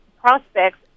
prospects